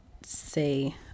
say